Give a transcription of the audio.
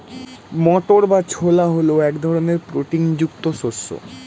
মটর বা ছোলা হল এক ধরনের প্রোটিন যুক্ত শস্য